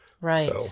Right